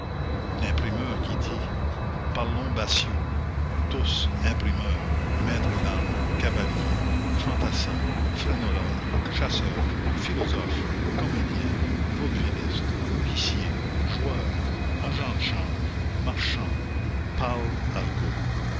l'imprimeur qui dit parlons batio tous imprimeur maître d'armes cavalier fantassin phrénologue chasseur philosophe comédien vaudevilliste huissier joueur agent de change marchand parlent argot